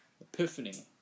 Epiphany